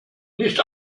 nicht